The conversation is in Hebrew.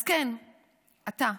אז כן, אתה,